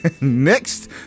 next